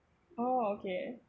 oh okay